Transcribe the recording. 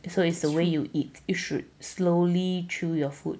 it's so it's the way you eat you should slowly chew your food